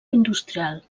industrial